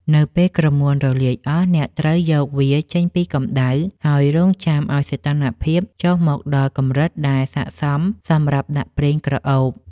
នៅពេលក្រមួនរលាយអស់ អ្នកត្រូវយកវាចេញពីកម្ដៅ ហើយរង់ចាំឱ្យសីតុណ្ហភាពចុះមកដល់កម្រិតដែលស័ក្តិសមសម្រាប់ដាក់ប្រេងក្រអូប។